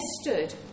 stood